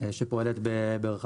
שפועלת בערים